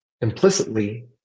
implicitly